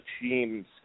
teams